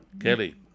Kelly